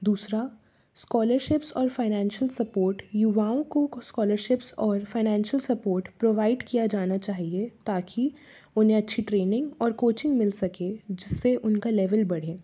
दूसरा स्कोलरशिप्स और financial support युवाओं को कुस्कोलरशिप्स और फाइनेंशियल सपोर्ट प्रोवाइट किया जाना चाहिए ताकि उन्हें अच्छी ट्रेनिंग और कोचिंग मिल सके जिससे उनका लेवेल बढ़े